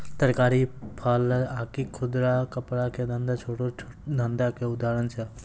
तरकारी, फल आकि खुदरा कपड़ा के धंधा छोटो धंधा के उदाहरण छै